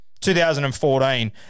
2014